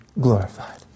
glorified